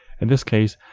in this case,